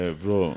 bro